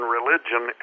Religion